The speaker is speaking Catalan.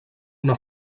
una